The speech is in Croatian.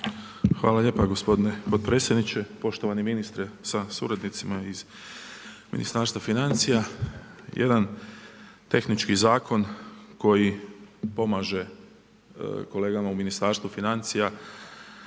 Hvala lijepa gospodine potpredsjedniče. Poštovani ministre sa suradnicima iz Ministarstva financija. Jedan tehnički zakon koji pomaže kolegama u Ministarstvu financija,